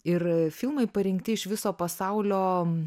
ir filmai parinkti iš viso pasaulio